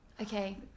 Okay